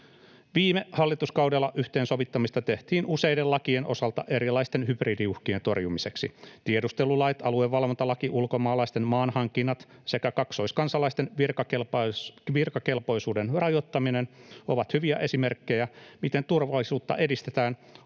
Viime hallituskaudella yhteensovittamista tehtiin useiden lakien osalta erilaisten hybridiuhkien torjumiseksi. Tiedustelulait, aluevalvontalaki, ulkomaalaisten maanhankinnat sekä kaksoiskansalaisten virkakelpoisuuden rajoittaminen ovat hyviä esimerkkejä, miten turvallisuutta edistetään